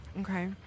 okay